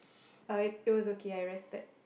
uh it it was okay I rested